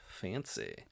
fancy